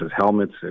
helmets